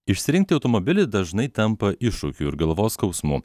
išsirinkti automobilį dažnai tampa iššūkiu ir galvos skausmu